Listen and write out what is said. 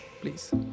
please